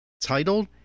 titled